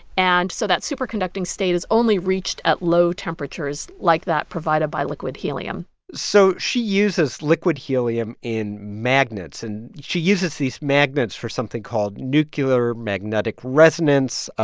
and so that superconducting state is only reached at low temperatures like that provided by liquid helium so she uses liquid helium in magnets, and she uses these magnets for something called nuclear magnetic resonance.